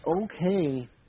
okay